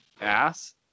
Ass